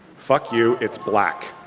fuck you, it's black.